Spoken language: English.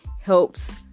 helps